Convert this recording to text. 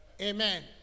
amen